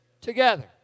together